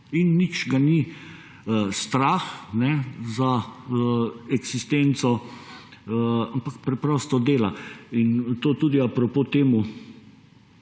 In nič ga ni strah za eksistenco, ampak preprosto dela. A propos temu,